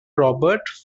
robert